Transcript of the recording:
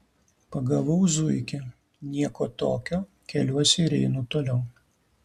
pagavau zuikį nieko tokio keliuosi ir einu toliau